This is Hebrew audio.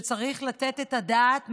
וצריך לתת את הדעת ממש,